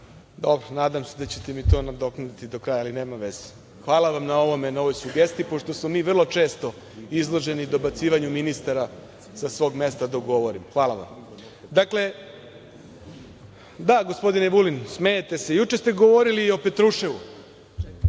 Dobro. Nadam se da ćete mi to nadoknaditi do kraja, ali nema veze. Hvala vam na ovome, na ovoj sugestiji, pošto smo mi vrlo često izloženi dobacivanju ministara sa svog mesta dok govorimo. Dakle, da, gospodine Vulin, smejete se, juče ste govorili o Petruševu